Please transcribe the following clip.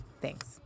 Thanks